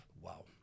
wow